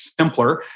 simpler